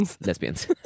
lesbians